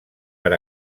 per